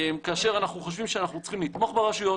אנחנו חושבים שאנחנו צריכים לתמוך ברשויות,